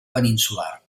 peninsular